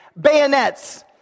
bayonets